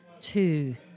two